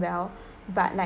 well but like